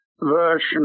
version